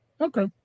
Okay